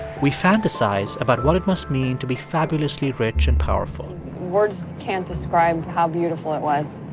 we fantasize about what it must mean to be fabulously rich and powerful words can't describe how beautiful it was.